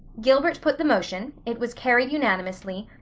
gilbert put the motion, it was carried unanimously,